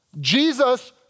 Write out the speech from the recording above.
Jesus